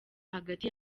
hagati